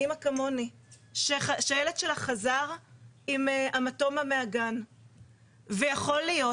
אמא כמוני שהילד שלה חזר עם המטומה מהגן ויכול להיות,